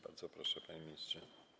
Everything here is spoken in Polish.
Bardzo proszę, panie ministrze.